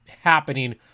happening